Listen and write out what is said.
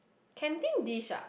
canteen dish ah